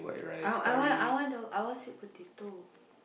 I want I want I want sweet potato